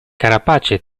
carapace